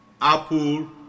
Apple